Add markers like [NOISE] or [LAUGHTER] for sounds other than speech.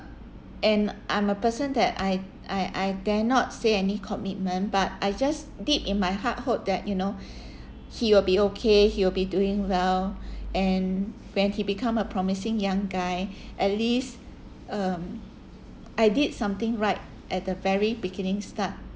and I'm a person that I I I dare not say any commitment but I just deep in my heart hope that you know [BREATH] he will be okay he will be doing well and when he become a promising young guy at least um I did something right at the very beginning start